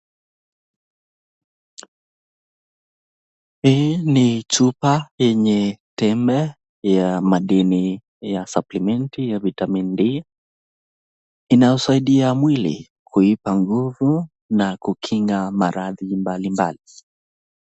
Hii ni chupa yenye tembe ya madini ya supplement ya Vitamin D,inasaidia mwili kuipa nguvu na kukinga maradhi mbalimbali.